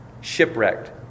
Shipwrecked